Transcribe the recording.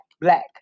Black